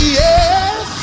yes